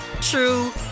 true